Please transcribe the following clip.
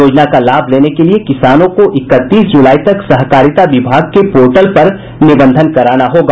योजना का लाभ लेने के लिये किसानों को इकतीस जुलाई तक सहकारिता विभाग के पोर्टल पर निबंधन कराना होगा